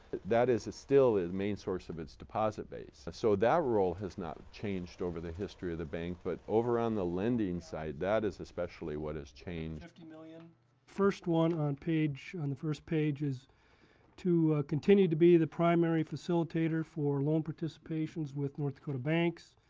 that is is still the main source of its deposit base. so that role has not changed over the history of the bank. but over on the lending side, that is especially what has changed. fifty million. the first one on page, on the first page is to continue to be the primary facilitator for loan participations with north dakota banks.